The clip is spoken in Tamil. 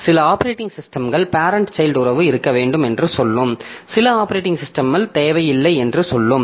சில ஆப்பரேட்டிங் சிஸ்டம்கள் பேரெண்ட் சைல்ட் உறவு இருக்க வேண்டும் என்று சொல்லும் சில ஆப்பரேட்டிங் சிஸ்டம்கள் தேவையில்லை என்று சொல்லும்